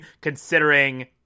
considering